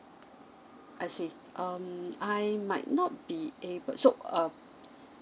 I see um I might not be able so um